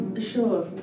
sure